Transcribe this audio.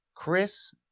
chris